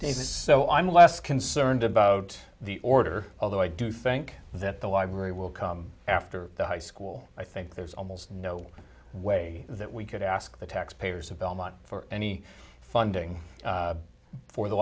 days so i'm less concerned about the order although i do think that the library will come after the high school i think there's almost no way that we could ask the taxpayers of belmont for any funding for the